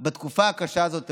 את הביטחון בתקופה הקשה הזאת.